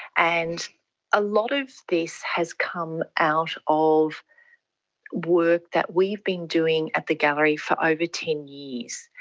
and a lot of this has come out of work that we've been doing at the gallery for over ten years,